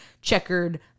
checkered